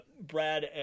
Brad